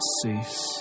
cease